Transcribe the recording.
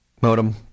modem